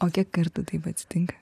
o kiek kartų taip atsitinka